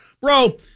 Bro